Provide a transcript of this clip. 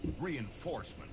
Reinforcement